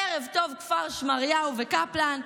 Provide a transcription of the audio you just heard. ערב טוב כפר שמריהו וקפלן,